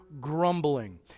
grumbling